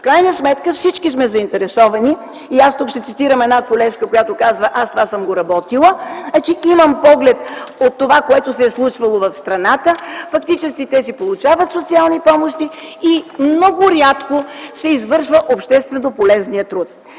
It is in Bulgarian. В крайна сметка всички сме заинтересовани. Аз тук ще цитирам една колежка, която казва: „Аз това съм го работила”. Имам поглед от това, което се е случило в страната. Фактически те си получават социални помощи и много рядко се извършва обществено полезният труд.